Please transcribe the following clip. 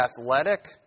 athletic